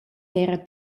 era